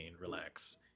Relax